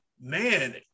Man